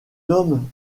homme